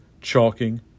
chalking